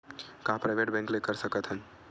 का private bank ले कर सकत हन?